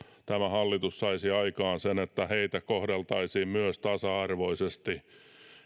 tämä hallitus saisi aikaan sen että myös heitä kohdeltaisiin tasa arvoisesti